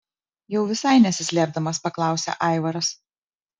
jau visai nesislėpdamas paklausia aivaras